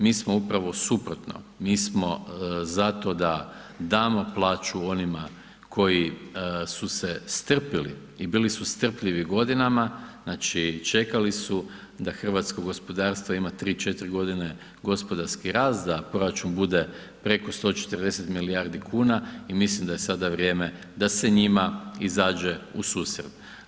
Mi smo upravo suprotno, mi smo za to da damo plaću onima koji su se strpjeli i bili su strpljeni godinama, znači čekali su da hrvatsko gospodarstvo ima 3, 4 godine gospodarski rast, da proračun bude preko 140 milijardi kuna i mislim da je sada vrijeme da se njima izađe u susret.